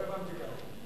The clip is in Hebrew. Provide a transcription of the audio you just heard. לא הבנתי ככה.